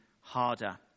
harder